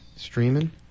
streaming